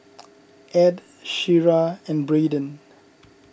Edd Shira and Braiden